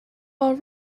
all